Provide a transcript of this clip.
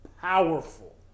powerful